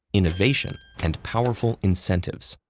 innovation, and powerful incentives.